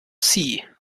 sie